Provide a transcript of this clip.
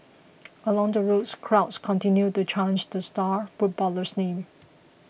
along the route crowds continued to chant the star footballer's name